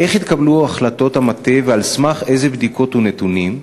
1. איך התקבלו החלטות המטה ועל סמך אילו בדיקות ונתונים?